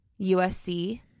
USC